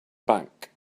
bank